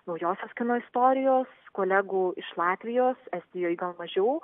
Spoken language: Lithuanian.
naujosios kino istorijos kolegų iš latvijos estijoj gal mažiau